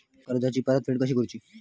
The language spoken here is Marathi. कर्जाची परतफेड कशी करुची?